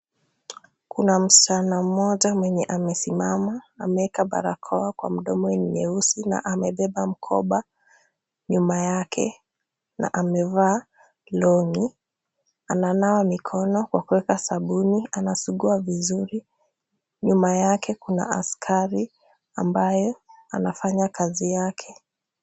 Kuna msichana mmoja mwenye amesimama. Ameweka barakoa yenye ni nyeusi na amebeba mkoba nyuma yake na amevaa long'i . Ananawa mikono kwa kuweka sabuni, anasugua vizuri. Nyuma yake kuna askari ambaye anafanya kazi yake.